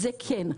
כן.